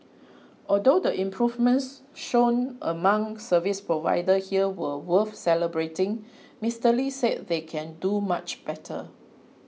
although the improvements shown among service providers here were worth celebrating Mister Lee said they can do much better